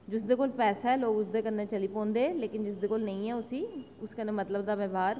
जिसदे कोल पैसा लोग उस कन्नै चली पौंदे लेकिन जिसदे कोल निं ऐ उसी उस कन्नै मतलब दा बपार